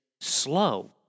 slow